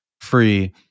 free